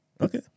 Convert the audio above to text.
Okay